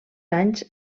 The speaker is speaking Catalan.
anys